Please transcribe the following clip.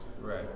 Right